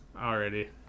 already